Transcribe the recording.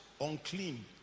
unclean